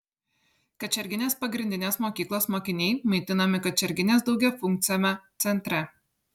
kačerginės pagrindinės mokyklos mokiniai maitinami kačerginės daugiafunkciame centre